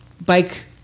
bike